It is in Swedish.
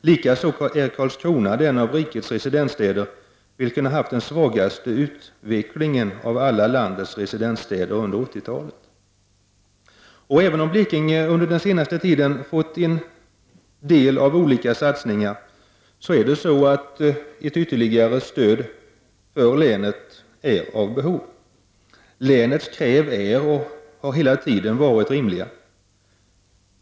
Likaså är Karlskrona den av rikets residensstäder vilken har haft den svagaste utvecklingen av alla landets residensstäder under 1980-talet. Även om Blekinge under den senaste tiden fått del av olika satsningar behövs ytterligare stöd. Länets krav är och har hela tiden varit rimliga.